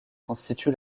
constitue